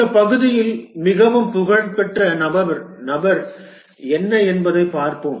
இந்த பகுதியில் மிகவும் புகழ்பெற்ற நபர் என்ன என்பதைப் பார்ப்போம்